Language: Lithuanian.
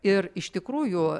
ir iš tikrųjų